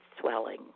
swelling